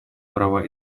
права